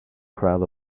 crowd